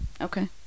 Okay